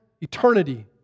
eternity